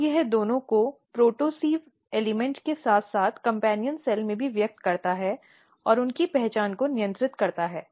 तो यह दोनों को प्रोटोसिव़ तत्वों के साथ साथ कम्पेन्यन कोशिका में भी व्यक्त करता है और उनकी पहचान को नियंत्रित करता है